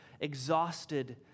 exhausted